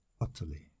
utterly